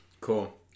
Cool